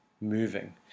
moving